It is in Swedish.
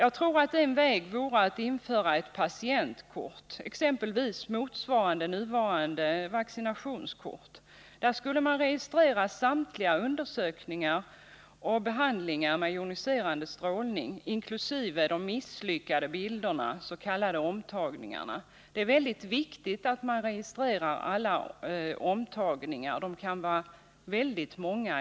Jag tror att en väg vore att införa ett patientkort, exempelvis motsvarande nuvarande vaccinationskort. Där skulle man registrera samtliga undersökningar och behandlingar med joniserande strålning — inkl. de misslyckade bilderna, de s.k. omtagningarna. Det är väldigt viktigt att man registrerar alla omtagningar — de kan ibland vara väldigt många.